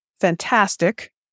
fantastic